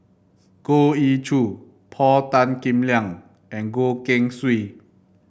Goh Ee Choo Paul Tan Kim Liang and Goh Keng Swee